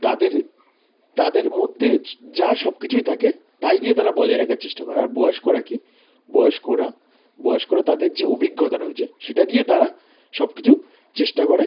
তাদের তাদের মধ্যে যা সব কিছুই থাকে তাই দিয়ে তারা বজায় রাখার চেষ্টা করে আর বয়স্করা কী বয়স্করা বয়স্করা তাদের যে অভিজ্ঞতা রয়েছে সেটা দিয়ে তারা সব কিছু চেষ্টা করে